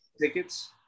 tickets